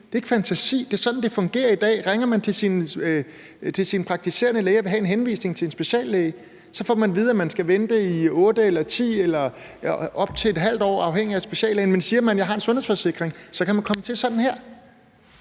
Det er ikke fantasi, for det er sådan, det fungerer i dag. Ringer man til sin praktiserende læge og vil have en henvisning til en speciallæge, får man at vide, at man skal vente i 8 eller 10 dage eller op til et halvt år afhængigt af speciallægen, men siger man, at man har en sundhedsforsikring, kan man komme til sådan her.